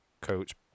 coach